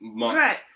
Right